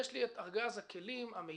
יש לי את ארגז הכלים המיטבי,